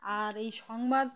আর এই সংবাদ